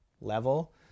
level